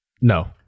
No